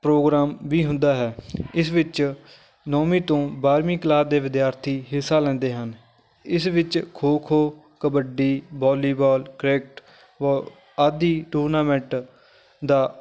programme ਵੀ ਹੁੰਦਾ ਹੈ ਇਸ ਵਿੱਚ ਨੌਵੀਂ ਤੋਂ ਬਾਰ੍ਹਵੀਂ ਕਲਾਸ ਦੇ ਵਿਦਿਆਰਥੀ ਹਿੱਸਾ ਲੈਂਦੇ ਹਨ ਇਸ ਵਿੱਚ ਖੋ ਖੋ ਕਬੱਡੀ ਵੋਲੀਬੋਲ ਕ੍ਰਿਕਟ ਵ ਆਦਿ ਟੂਰਨਾਮੈਂਟ ਦਾ